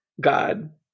God